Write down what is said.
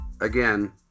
again